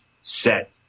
set